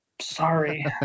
Sorry